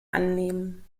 annehmen